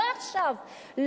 לא עכשיו,